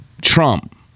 Trump